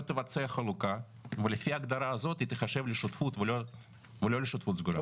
לא תבצע חלוקה ולפי ההגדרה הזאת היא תיחשב לשותפות ולא לשותפות סגורה?